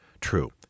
true